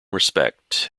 respect